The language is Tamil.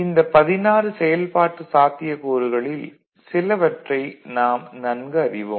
இந்த 16 செயல்பாட்டு சாத்தியக்கூறுகளில் சிலவற்றை நாம் நன்கு அறிவோம்